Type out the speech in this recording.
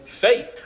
faith